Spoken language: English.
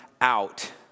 out